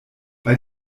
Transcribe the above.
bei